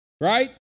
right